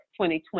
2020